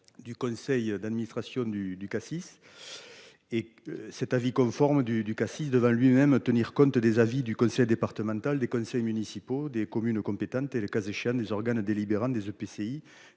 Du conseil d'administration du du Cassis. Et cet avis conforme du du Cassis de devant lui-même tenir compte des avis du conseil départemental des conseils municipaux des communes compétentes et le cas échéant des organes délibérants des EPCI